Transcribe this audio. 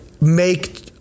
make